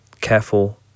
careful